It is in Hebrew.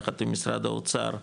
יחד עם משרד האוצר,